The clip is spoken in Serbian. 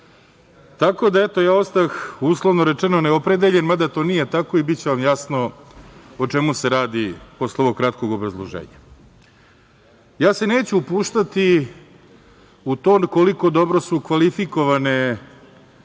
Tako da, ja sam ostao, uslovno rečeno, neopredeljen, mada to nije tako i biće vam jasno o čemu se radi posle ovog kratkog obrazloženja. Neću se upuštati u to koliko su dobro kvalifikovani